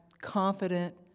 confident